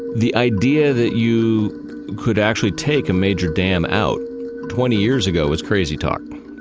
the idea that you could actually take a major dam out twenty years ago was crazy talk.